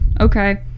okay